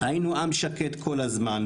"היינו עם שקט כל הזמן,